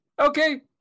Okay